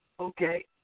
Okay